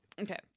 okay